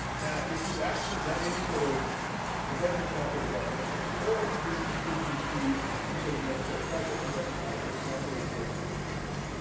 now, if you've actually done any sort of professional software development or if you just contributed to any sort of an open source project you recognize that software is built in teams.